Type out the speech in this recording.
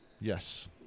Yes